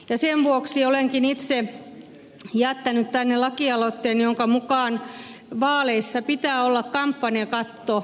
sen vuoksi olenkin itse jättänyt tänne lakialoitteen jonka mukaan vaaleissa pitää olla kampanjakatto